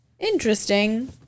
interesting